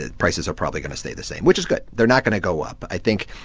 ah prices are probably going to stay the same, which is good. they're not going to go up. i think,